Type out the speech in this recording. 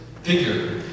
figure